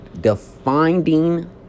defining